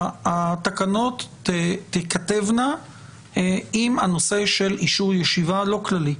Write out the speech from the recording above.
התקנות תיכתבנה עם הנושא של אישור ישיבה לא כללי.